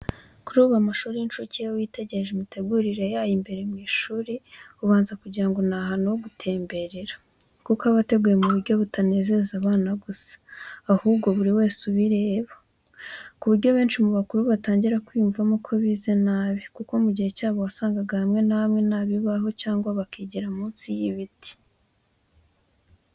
Kuri ubu, amashuri y’incuke, iyo witegereje imitegurire yayo imbere mu ishuri, ubanza kugira ngo ni ahantu ho gutemberera, kuko aba ateguye mu buryo butanezeza abana gusa, ahubwo buri wese ubireba. Ku buryo benshi mu bakuru batangira kwiyumvamo ko bize nabi, kuko mu gihe cyabo wasangaga hamwe na hamwe nta bibaho cyangwa bakigira munsi y’ibiti.